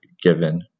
given